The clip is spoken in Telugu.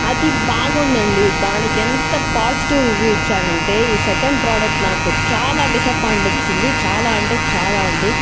అది బాగుంది అండీ దానికి ఎంత పాజిటివ్ రివ్యూ ఇచ్చాను అంటే ఈ సెకండ్ ప్రోడక్ట్ నాకు చాలా డిసప్పోయింట్ ఇచ్చింది చాలా అంటే చాలా అండీ